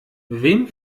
wem